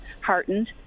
heartened